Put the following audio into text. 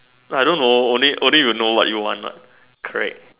I don't know only only you know what you want what correct